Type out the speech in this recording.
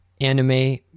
anime